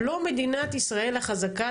לא מדינת ישראל החזקה,